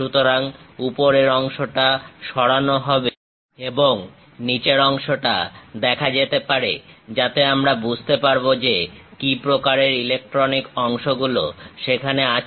সুতরাং উপরের অংশটা সরানো হবে এবং নিচের অংশটা দেখা যেতে পারে যাতে আমরা বুঝতে পারবো যে কি প্রকারের ইলেকট্রনিক অংশগুলো সেখানে আছে